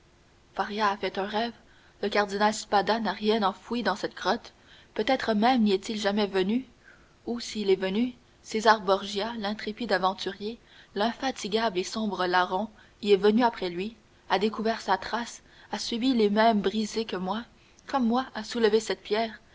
a fait un rêve le cardinal spada n'a rien enfoui dans cette grotte peut-être même n'y est-il jamais venu ou s'il y est venu césar borgia l'intrépide aventurier l'infatigable et sombre larron y est venu après lui a découvert sa trace a suivi les mêmes brisées que moi comme moi a soulevé cette pierre